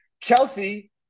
Chelsea